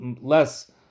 less